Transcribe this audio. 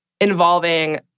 involving